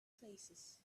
places